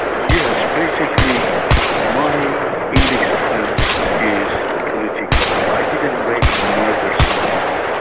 yes. basically my index offence is political. i didn't rape and murder somebody.